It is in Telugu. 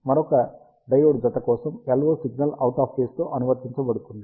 మరొక డయోడ్ జత కోసం LO signal out of phase తో అనువర్తించబడుతుంది